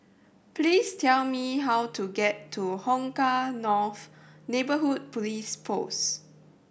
please tell me how to get to Hong Kah North Neighbourhood Police Post